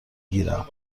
گیرم